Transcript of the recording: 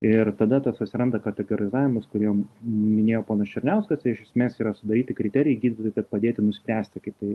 ir tada tas atsiranda kategorizavimas kuriem minėjo ponas černiauskas tai iš esmės yra sudaryti kriterijai gydytojai kad padėti nuspręsti kaip tai